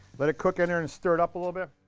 let it cook and and and stir it up a little bit.